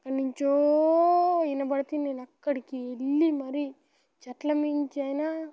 ఎక్కడి నుంచో వినపడితే నేను అక్కడికి వెళ్ళి మరీ చెట్ల మీద నుంచి అయినా